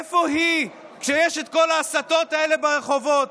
איפה היא כשיש את כל ההסתות האלה ברחובות?